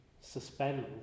suspend